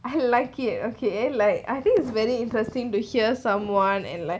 I like it okay like I think it's very interesting to hear someone and like